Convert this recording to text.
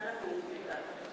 נא לקום.